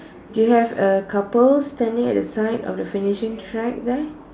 do you have a couple standing at the side of the finishing track there